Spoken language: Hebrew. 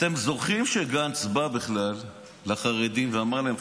אתם זוכרים שגנץ בא בכלל לחרדים ואמר להם,